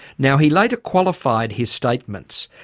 now he later qualified his statements,